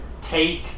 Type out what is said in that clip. take